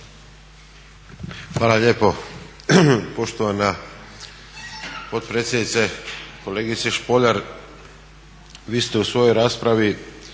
Hvala lijepo poštovana potpredsjednice. Kolegice Špoljar, vi ste u svojoj raspravi